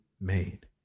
made